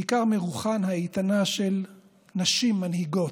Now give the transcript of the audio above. בעיקר מרוחן האיתנה של נשים מנהיגות,